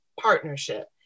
partnership